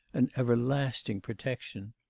an everlasting protection?